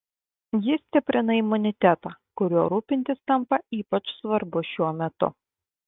ji stiprina imunitetą kuriuo rūpintis tampa ypač svarbu šiuo metu